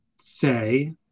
say